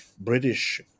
British